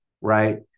right